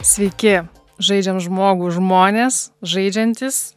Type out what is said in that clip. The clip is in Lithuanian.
sveiki žaidžiam žmogų žmonės žaidžiantys